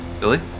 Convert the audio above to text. Billy